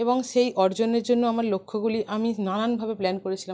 এবং সেই অর্জনের জন্য আমার লক্ষ্যগুলি আমি নানানভাবে প্ল্যান করেছিলাম